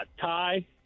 Ty